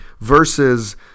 versus